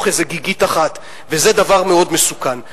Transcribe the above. איזה גיגית אחת וזה דבר מאוד מסוכן.